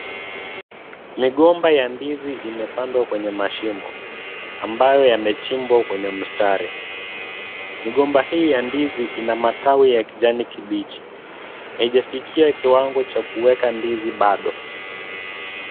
Migomba ya ndizi imepandwa kwenye mashimo ambayo yamechimbwa kwenye mistari. Migomba hii ya ndizi ina matawi ya kijani kibichi, haijafikia kiwango cha kuweka ndizi bado.